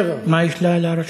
מה המילה?